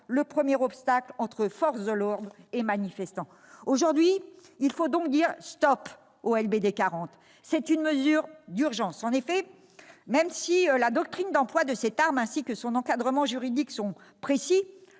le premier obstacle entre forces de l'ordre et manifestants. Aujourd'hui, il faut donc dire « stop » au LBD 40. C'est une mesure d'urgence ! En effet, même si la doctrine d'emploi de cette arme et son encadrement juridique sont précis,